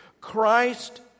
Christ